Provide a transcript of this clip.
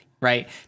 right